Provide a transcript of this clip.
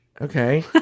Okay